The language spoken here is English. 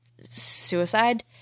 suicide